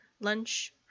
Lunch